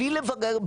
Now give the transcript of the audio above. בלי לברר,